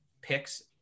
picks